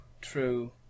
true